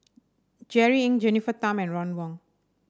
Jerry Ng Jennifer Tham and Ron Wong